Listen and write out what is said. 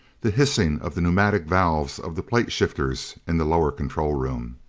the hissing of the pneumatic valves of the plate shifters in the lower control room.